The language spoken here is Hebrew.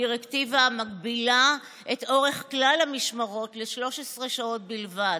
דירקטיבה המגבילה את אורך כלל המשמרות ל-13 שעות בלבד.